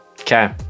Okay